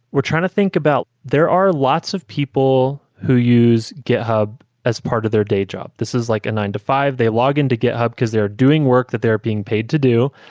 we're trying to think about there are lots of people who use github as part of their day job. this is like a nine to five. they login to github because they're doing work that they're being paid to do.